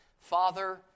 father